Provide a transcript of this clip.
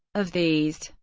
of these,